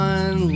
One